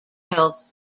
health